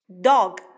dog